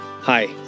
Hi